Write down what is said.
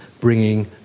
bringing